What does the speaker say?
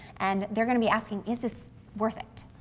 and they're gonna be asking, is this worth it?